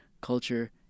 culture